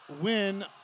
win